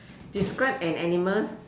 describe an animal